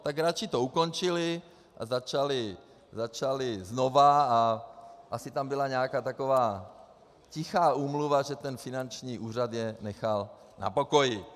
Tak radši to ukončili a začali znova a asi tam byla nějaká taková tichá úmluva, že ten finanční úřad je nechal na pokoji.